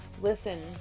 Listen